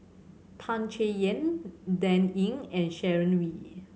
Tan Chay Yan Dan Ying and Sharon Wee